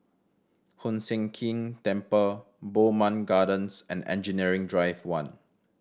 Hoon Sian Keng Temple Bowmont Gardens and Engineering Drive One